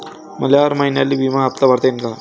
मले हर महिन्याले बिम्याचा हप्ता भरता येईन का?